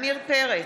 עמיר פרץ,